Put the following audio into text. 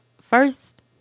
First